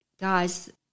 guys